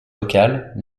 locales